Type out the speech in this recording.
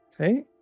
okay